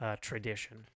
tradition